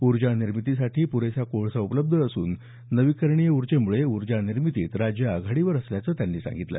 ऊर्जा निर्मितीसाठी पुरेसा कोळसा उपलब्ध असून नवीकरणीय ऊर्जेमुळे ऊर्जा निर्मितीत राज्य आघाडीवर असल्याचं त्यांनी सांगितलं